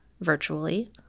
virtually